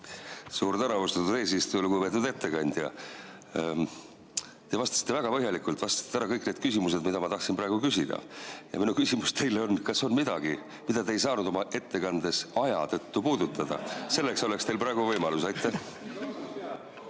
Suur tänu, austatud eesistuja! Lugupeetud ettekandja! Te vastasite väga põhjalikult, vastasite kõigile neile küsimustele, mida ma tahtsin küsida. Ja minu küsimus teile on: kas on midagi, mida te ei saanud oma ettekandes aja tõttu puudutada? Selleks oleks teil praegu võimalus. Aitäh!